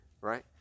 right